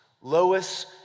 Lois